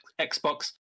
Xbox